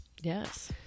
Yes